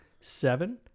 seven